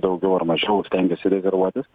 daugiau ar mažiau stengiasi rezervuotis